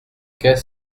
qu’est